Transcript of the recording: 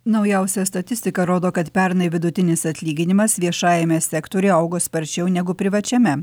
naujausia statistika rodo kad pernai vidutinis atlyginimas viešajame sektoriuje augo sparčiau negu privačiame